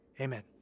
Amen